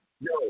No